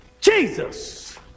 Jesus